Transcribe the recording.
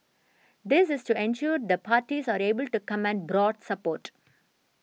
this is to ensure the parties are able to command broad support